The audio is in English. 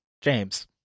james